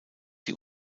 die